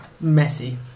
Messy